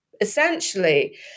essentially